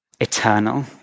eternal